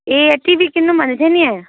ए TV किनौँ भनेको थिएँ नि